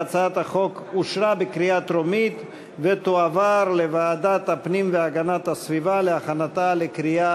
ההצעה להעביר את הצעת חוק הרשות הארצית לכבאות והצלה (תיקון,